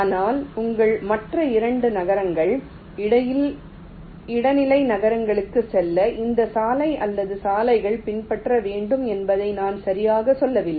ஆனால் உங்கள் மற்ற 2 நகரங்கள் இடைநிலை நகரங்களுக்குச் செல்ல எந்த சாலை அல்லது சாலைகள் பின்பற்ற வேண்டும் என்பதை நான் சரியாக சொல்லவில்லை